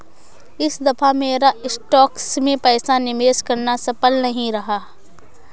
इस दफा मेरा स्टॉक्स में पैसा निवेश करना सफल नहीं रहा